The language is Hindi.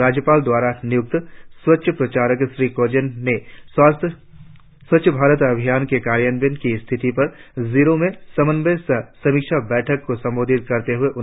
राज्यपाल द्वारा नियुक्त स्वच्छ प्रचारक श्री कोजिन ने स्वच्छ भारत अभियान के कार्यान्वयन की स्थिति पर जीरो में समन्वय सह समीक्षा बैठक को संबोधित करते हुए यह बात कही